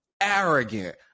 arrogant